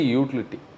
utility